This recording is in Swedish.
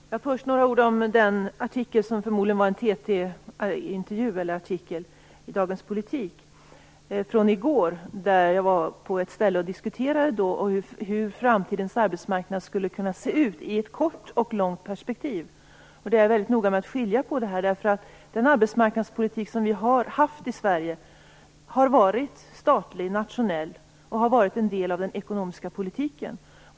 Fru talman! Först några ord om den artikel som baserade sig på en TT-intervju i Dagens Politikk från i går där jag diskuterade hur framtidens arbetsmarknad skulle kunna se ut i ett kort och ett långt perspektiv. Jag är väldigt noga med att skilja på det. Den arbetsmarknadspolitik som vi har fört i Sverige har varit statlig, nationell och en del av den ekonomiska politiken.